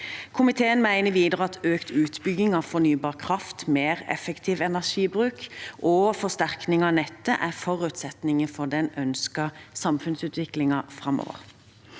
Komiteen mener videre at økt utbygging av fornybar kraft, mer effektiv energibruk og forsterkning av nettet er forutsetninger for den ønskede samfunnsutviklingen framover.